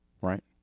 right